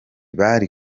bari